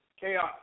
Chaos